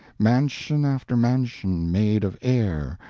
mansion after mansion, made of air,